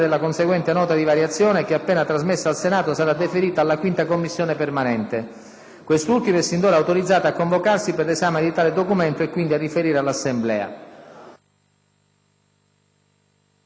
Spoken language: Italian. Quest'ultima è sin d'ora autorizzata a convocarsi per l'esame di tale documento e, quindi, a riferire all'Assemblea. Sospendo pertanto la